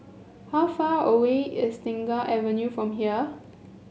how far away is Tengah Avenue from here